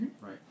right